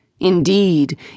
Indeed